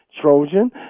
Trojan